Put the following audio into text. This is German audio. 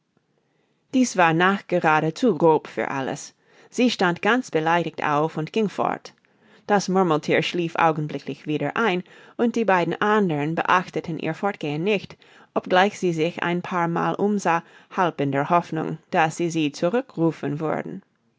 dies war nachgerade zu grob für alice sie stand ganz beleidigt auf und ging fort das murmelthier schlief augenblicklich wieder ein und die beiden andern beachteten ihr fortgehen nicht obgleich sie sich ein paar mal umsah halb in der hoffnung daß sie sie zurückrufen würden